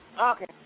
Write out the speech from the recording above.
Okay